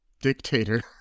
dictator